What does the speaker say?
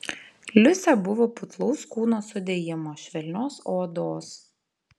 liusė buvo putlaus kūno sudėjimo švelnios odos